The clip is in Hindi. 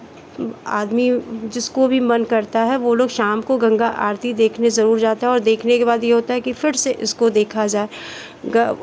आदमी जिसको भी मन करता है वो लोग शाम को गंगा आरती देखने ज़रूर जाता है और देखने के बाद ये होता है कि फिर से इसको देखा जाए गा